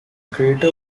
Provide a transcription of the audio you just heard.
crater